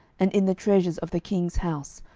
and in the treasures of the king's house,